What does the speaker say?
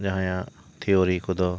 ᱡᱟᱦᱟᱸᱭᱟᱜ ᱛᱷᱤᱭᱳᱨᱤ ᱠᱚᱫᱚ